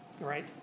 right